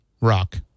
rock